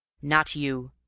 not you,